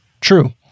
True